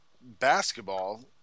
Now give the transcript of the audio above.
basketball